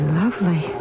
lovely